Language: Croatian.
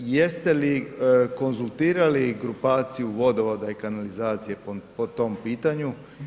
Jeste li konzultirali grupacija Vodovoda i kanalizacije po tom pitanju?